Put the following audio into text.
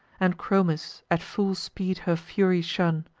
and chromis, at full speed her fury shun.